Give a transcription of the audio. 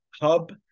hub